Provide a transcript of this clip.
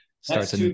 Starts